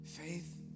Faith